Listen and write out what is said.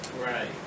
Right